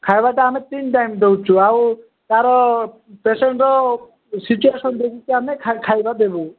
ଖାଇବାଟା ଆମେ ତିନି ଟାଇମ୍ ଦଉଛୁ ଆଉ ତା'ର ପେସେଣ୍ଟର ସିଚୁଏସନ୍ ଦେଖିକି ଆମେ ଖା ଖାଇବା ଦେବୁ